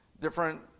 different